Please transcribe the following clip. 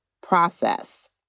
process